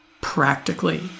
practically